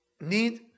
need